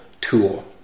tool